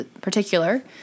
particular